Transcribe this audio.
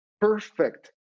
perfect